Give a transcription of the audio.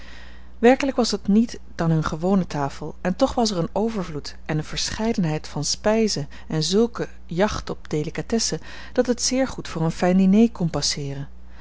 werkelijk was het niet dan hun gewone tafel en toch was er een overvloed en eene verscheidenheid van spijzen en zulke jacht op delicatesse dat het zeer goed voor een fijn diner kon passeeren